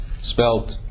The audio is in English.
spelt